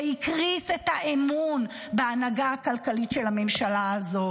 שהקריסו את האמון בהנהגה הכלכלית של הממשלה הזאת,